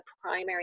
primary